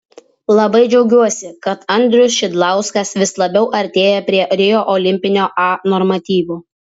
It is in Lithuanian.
labai džiaugiuosi kad andrius šidlauskas vis labiau artėja prie rio olimpinio a normatyvo